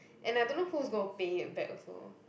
and I don't know who's gonna pay it back also